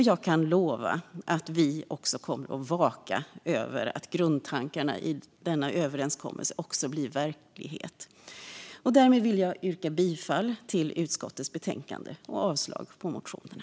Jag kan lova att vi kommer att vaka över att grundtankarna i denna överenskommelse också blir verklighet. Därmed vill jag yrka bifall till utskottets förslag i betänkandet och avslag på motionerna.